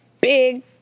big